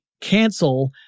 cancel